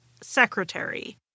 secretary